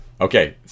Okay